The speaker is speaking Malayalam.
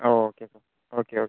oh okay okay okay